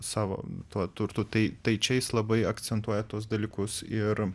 savo tuo turtu tai tai čia jis labai akcentuoja tuos dalykus ir